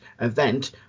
event